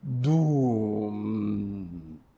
Doom